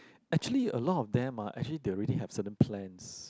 actually a lot of them ah actually they already have certain plans